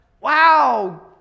wow